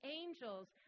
angels